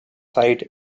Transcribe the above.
site